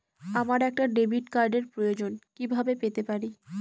আমার একটা ডেবিট কার্ডের প্রয়োজন কিভাবে পেতে পারি?